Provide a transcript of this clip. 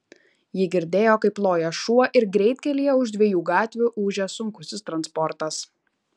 ji girdėjo kaip loja šuo ir greitkelyje už dviejų gatvių ūžia sunkusis transportas